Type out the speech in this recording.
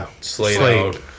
Slade